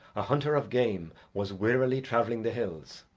a hunter of game was wearily travelling the hills,